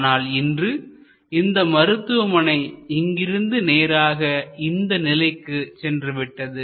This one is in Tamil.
ஆனால் இன்று இந்த மருத்துவமனை இங்கிருந்து நேராக இந்த நிலைக்கு சென்றுவிட்டது